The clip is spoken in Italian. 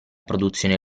produzione